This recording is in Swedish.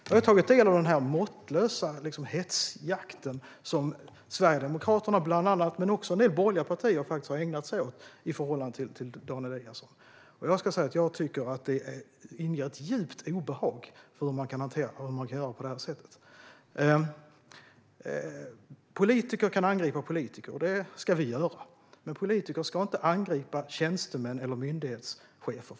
Jag har tagit del av den måttlösa hetsjakt på Dan Eliasson som bland annat Sverigedemokraterna men faktiskt även en del borgerliga partier har ägnat sig åt, och jag tycker att det inger ett djupt obehag att man kan göra på det sättet. Politiker kan angripa politiker, och det ska vi göra. Men politiker ska inte angripa tjänstemän eller myndighetschefer.